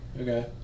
Okay